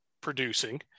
producing